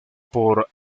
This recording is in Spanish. por